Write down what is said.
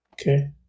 Okay